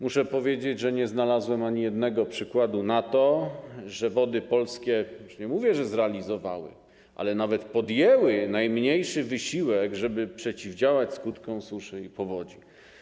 Muszę powiedzieć, że nie znalazłem ani jednego przykładu na to, że Wody Polskie, już nie mówię, że zrealizowały, ale nawet podjęły najmniejszy wysiłek, żeby przeciwdziałać skutkom suszy i powodzi.